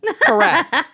Correct